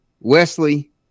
Wesley